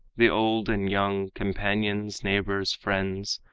the old and young, companions, neighbors, friends,